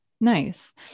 Nice